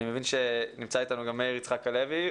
אני מבין שנמצא אתנו גם מאיר יצחק הלוי,